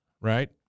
right